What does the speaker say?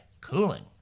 cooling